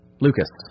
Lucas